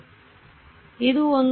ಆದ್ದರಿಂದ ಇದು ಒಂದು